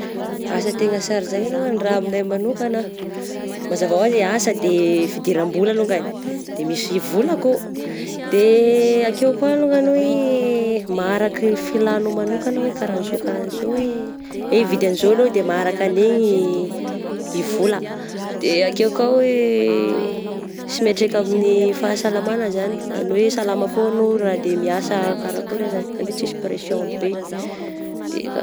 Asa tegna sara zany aloha raha aminay manokagna, mazava asa de fidiram-bola longany, de misy vola akao, de akeo koa longany hoe maharaka ny filanao manokagna hoe karazao karazao hoe hoe ividy an'izao anao de maharaka an'igny i vola, de akeo koa hoe sy mihatraika amin'ny fahasalamagna zany, zany hoe salama foagna anao raha de miasa karakôry azany, izany hoe sisy pression be, de ka.